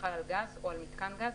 החל על גז או על מיתקן גז,